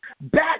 back